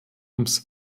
ums